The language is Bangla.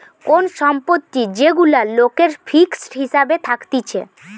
কোন সম্পত্তি যেগুলা লোকের ফিক্সড হিসাবে থাকতিছে